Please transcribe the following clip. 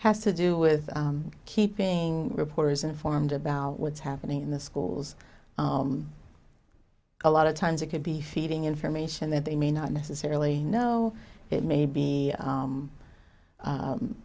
has to do with keeping reporters informed about what's happening in the schools a lot of times it could be feeding information that they may not necessarily know it may be